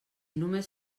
només